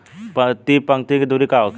प्रति पंक्ति के दूरी का होखे?